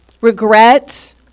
Regret